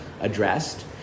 addressed